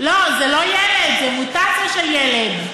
לא, זה לא ילד, זה מוטציה של ילד.